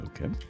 Okay